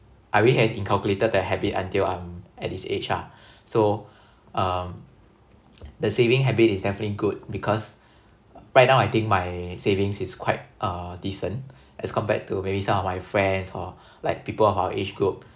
I really has inculcated the habit until I'm at this age ah so um the saving habit is definitely good because right now I think my savings is quite uh decent as compared to maybe some of my friends or like people of our age group